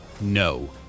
no